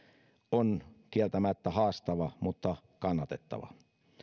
on kieltämättä haastava mutta kannatettava